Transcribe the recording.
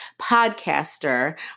podcaster